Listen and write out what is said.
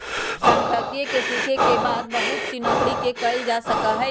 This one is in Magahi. सांख्यिकी के सीखे के बाद बहुत सी नौकरि के कइल जा सका हई